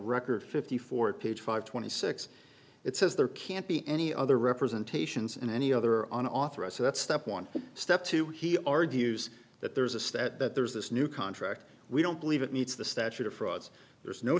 record fifty four page five twenty six it says there can't be any other representations in any other on authorize so that's step one step two he argues that there's a stat that there's this new contract we don't believe it meets the statute of frauds there's no